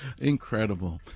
Incredible